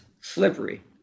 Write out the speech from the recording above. slippery